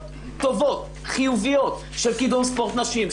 טובות חיוביות של קידום ספורט נשים,